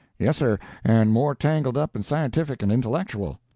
yes, sir, and more tangled up and scientific and intellectual.